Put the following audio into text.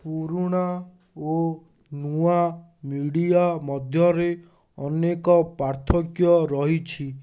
ପୁରୁଣା ଓ ନୂଆ ମିଡ଼ିଆ ମଧ୍ୟରେ ଅନେକ ପାର୍ଥକ୍ୟ ରହିଛି